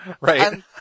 Right